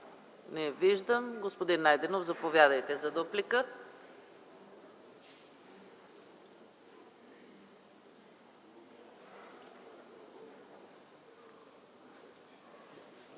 Не виждам. Господин Найденов, заповядайте за дуплика.